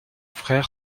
frère